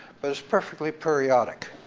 but it's perfectly periodic.